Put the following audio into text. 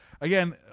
again